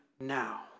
now